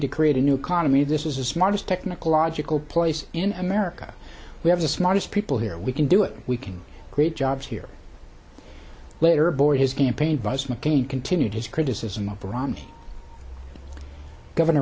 to create a new con of me this is the smartest technical logical place in america we have the smartest people here we can do it we can create jobs here later aboard his campaign bus mccain continued his criticism of the romney governor